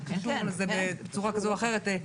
בצורה כזו או אחרת,